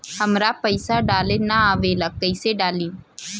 हमरा पईसा डाले ना आवेला कइसे डाली?